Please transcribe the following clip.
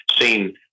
seen